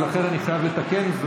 ולכן אני חייב לתקן זאת.